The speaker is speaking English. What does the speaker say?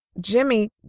Jimmy